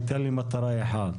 הייתה לי מטרה אחת,